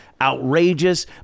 outrageous